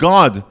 God